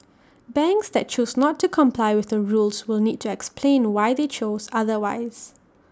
banks that choose not to comply with the rules will need to explain why they chose otherwise